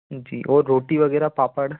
जी और रोटी वग़ैरह पापड़